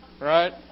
right